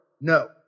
No